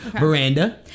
Miranda